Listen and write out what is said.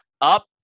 up